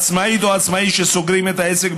עצמאית או עצמאי שסוגרים את העסק,